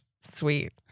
sweet